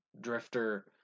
drifter